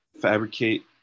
fabricate